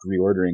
reordering